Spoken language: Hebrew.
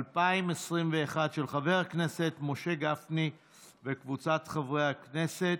של חבר הכנסת משה גפני וקבוצת חברי הכנסת.